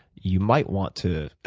you might want to